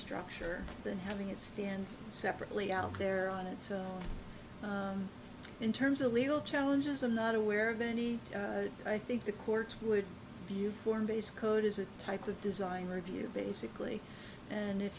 structure than having it stand separately out there on it so in terms of legal challenges i'm not aware of any i think the courts would view form based code as a type of design review basically and if